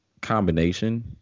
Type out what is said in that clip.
combination